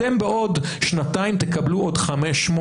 אתם בעוד שנתיים תקבלו עוד 500,